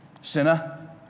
Sinner